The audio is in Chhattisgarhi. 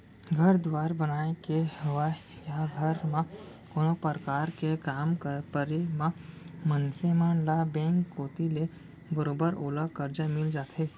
घर दुवार बनाय के होवय या घर म कोनो परकार के काम परे म मनसे मन ल बेंक कोती ले बरोबर ओला करजा मिल जाथे